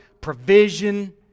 provision